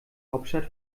hauptstadt